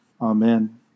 Amen